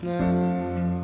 now